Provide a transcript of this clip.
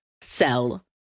sell